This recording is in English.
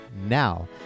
now